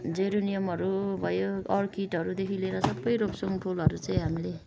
जेरिनियमहरू भयो अरकिडहरूदेखि लिएर सबै रोप्छौँ फुलहरू चाहिँ हामीले